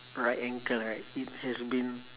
right ankle right it has been